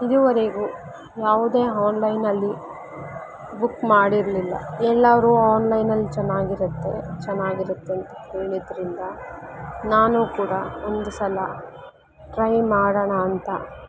ಇದುವರೆಗೂ ಯಾವುದೇ ಆನ್ಲೈನಲ್ಲಿ ಬುಕ್ ಮಾಡಿರಲಿಲ್ಲ ಎಲ್ಲರೂ ಆನ್ಲೈನಲ್ಲಿ ಚೆನ್ನಾಗಿರುತ್ತೆ ಚೆನ್ನಾಗಿರುತ್ತೆ ಅಂತ ಹೇಳಿದರಿಂದ ನಾನು ಕೂಡ ಒಂದು ಸಲ ಟ್ರೈ ಮಾಡೋಣ ಅಂತ